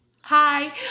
Hi